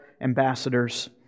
ambassadors